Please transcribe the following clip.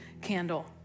candle